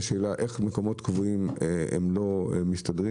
השאלה היא איך מקומות קבועים לא מסתדרים